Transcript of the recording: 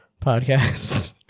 podcast